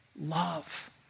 Love